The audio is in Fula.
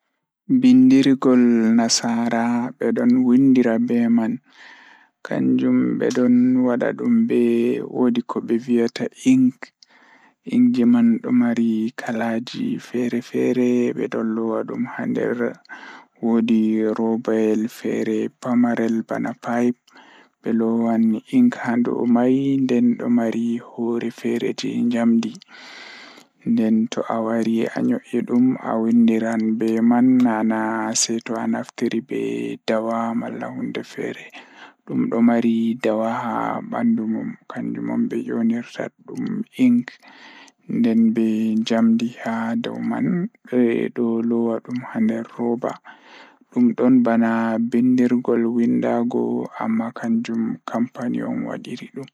Pen ko nafaade e nguuraande ngam laawol haɓɓe. Nde eɓe jogii pen ɗiɗi, nguuraande ngol nafaade baawtoore laawol ngal. Nguuraande ɗiɗi siwtude ko inaangal, hikkinaa e baawdi e teeŋgol ngam laawol.